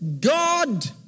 God